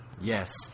Yes